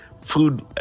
food